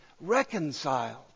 reconciled